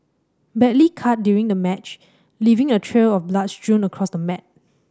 badly cut during the match leaving a trail of blood strewn across the mat